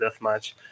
deathmatch